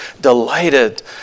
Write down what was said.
delighted